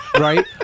right